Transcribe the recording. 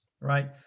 right